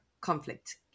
conflict